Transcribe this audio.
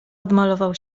odmalował